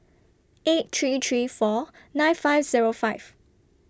eight three three four nine five Zero five